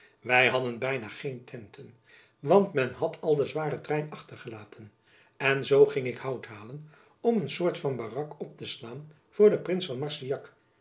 wy hadden byna geen tenten want men had al den zwaren trein achtergelaten en zoo ging ik hout halen om een soort van barak op te slaan voor den prins van marsillac